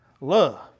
Love